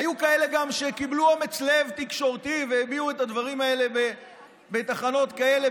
היו כאלה גם שקיבלו אומץ לב תקשורתי והביעו את הדברים האלה בתחנות כאלה,